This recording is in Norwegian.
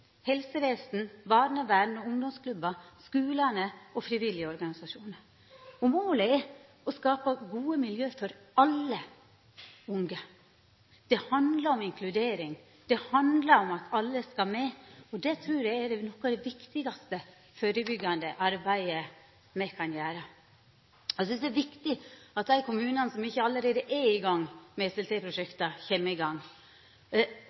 helsevesen, barnevern, ungdomsklubbar, skulane og frivillige organisasjonar. Målet er å skapa gode miljø for alle unge. Det handlar om inkludering. Det handlar om at alle skal med. Det trur eg er noko av det viktigaste førebyggjande arbeidet me kan gjera. Eg synest det er viktig at dei kommunane som ikkje allereie er i gang med SLT-prosjekta, kjem i gang.